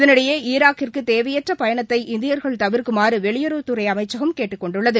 இதனிடையே ஈராக்கிற்கு தேவையற்ற பயணத்தை இந்தியர்கள் தவிர்க்குமாறு வெளியுறவுத்துறை அமைச்சகம் கேட்டுக் கொண்டுள்ளது